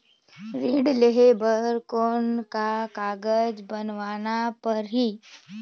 ऋण लेहे बर कौन का कागज बनवाना परही?